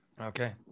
okay